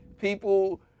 People